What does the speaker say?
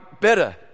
better